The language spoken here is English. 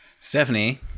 Stephanie